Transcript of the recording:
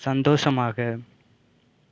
சந்தோஷமாக